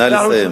נא לסיים.